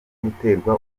guterwa